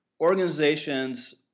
organizations